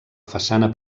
façana